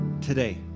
today